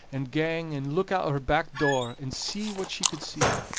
and gang and look out o' her back door, and see what she could see.